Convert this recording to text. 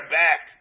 back